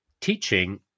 teaching